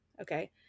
Okay